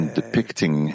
depicting